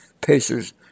Pacers